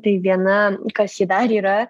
tai viena kas ji dar yra